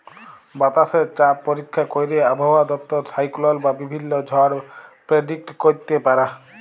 বাতাসে চাপ পরীক্ষা ক্যইরে আবহাওয়া দপ্তর সাইক্লল বা বিভিল্ল্য ঝড় পের্ডিক্ট ক্যইরতে পারে